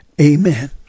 amen